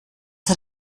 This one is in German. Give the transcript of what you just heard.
hat